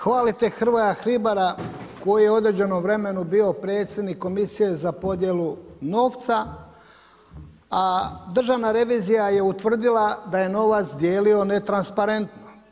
Hvalite Hrvoja Hribora, koji je u određeno vremenu bio predsjednik komisije za podjelu novca, a državna revizija je utvrdila da je novac dijelio netransparentno.